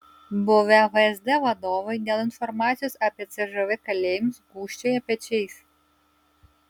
buvę vsd vadovai dėl informacijos apie cžv kalėjimus gūžčioja pečiais